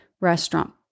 restaurant